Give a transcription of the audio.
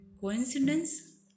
Coincidence